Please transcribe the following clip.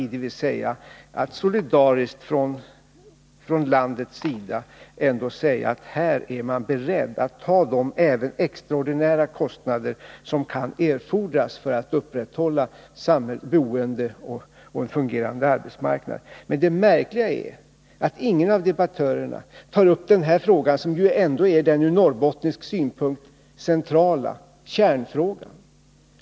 Landets befolkning borde solidariskt kunna säga att den är beredd att ta även de extraordinära kostnader som kan erfordras för att upprätthålla boende och en fungerande arbetsmarknad. Men det märkliga är att ingen av debattörerna tar upp denna fråga, som ändå från norrbottnisk synpunkt är den centrala kärnfrågan.